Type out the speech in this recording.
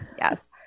Yes